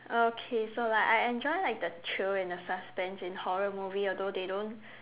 okay so like I enjoy like the thrill and the suspense in horror movie although they don't